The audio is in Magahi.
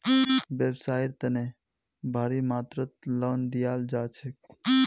व्यवसाइर तने भारी मात्रात लोन दियाल जा छेक